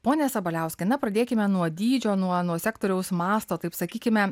pone sabaliauskai na pradėkime nuo dydžio nuo nuo sektoriaus masto taip sakykime